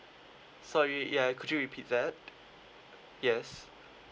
sorry yeah could you repeat that yes